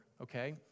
okay